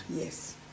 Yes